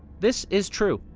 this is true.